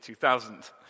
2000